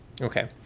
Okay